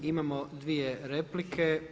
Imamo dvije replike.